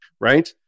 right